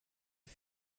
mes